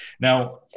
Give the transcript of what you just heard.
Now